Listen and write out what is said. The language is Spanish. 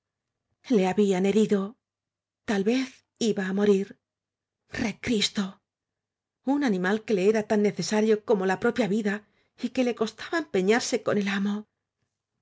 le habían herido tal vez iba á morir cristo reun animal que le era tan necesariocomo la propia vida y que le costaba empeñar se con el amo